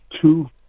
two